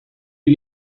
you